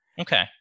Okay